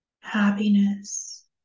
happiness